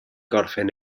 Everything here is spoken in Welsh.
gorffen